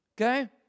Okay